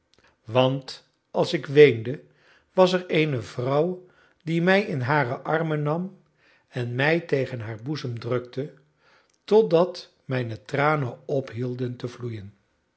want als ik weende was er eene vrouw die mij in hare armen nam en mij tegen haar boezem drukte totdat mijne tranen ophielden te vloeien